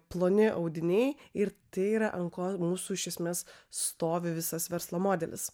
ploni audiniai ir tai yra ant ko mūsų iš esmės stovi visas verslo modelis